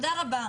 תודה רבה.